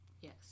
Yes